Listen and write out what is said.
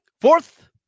Fourth